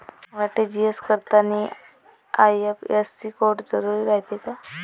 RTGS करतांनी IFSC code असन जरुरी रायते का?